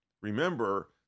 Remember